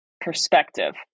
Perspective